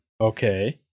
okay